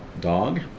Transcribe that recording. dog